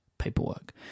paperwork